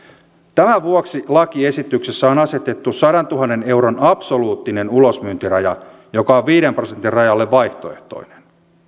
tämän vuoksi lakiesityksessä on asetettu sadantuhannen euron absoluuttinen ulosmyyntiraja joka on viiden prosentin rajalle vaihtoehtoinen